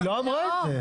היא לא אמרה את זה.